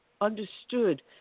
understood